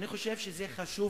אני חושב שזה חשוב,